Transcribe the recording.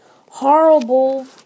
horrible